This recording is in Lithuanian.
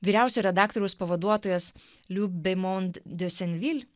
vyriausio redaktoriaus pavaduotojas liup bemond de senvil